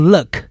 Look